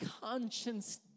conscience